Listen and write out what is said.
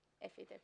לגבי חוק